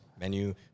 menu